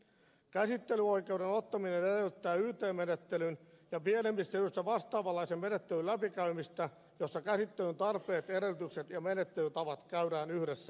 käsittelyoikeuden ottaminen edellyttää yt menettelyn ja pienemmissä yrityksissä vastaavanlaisen menettelyn läpikäymistä jossa käsittelyn tarpeet edellytykset ja menettelytavat käydään yhdessä läpi